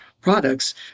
products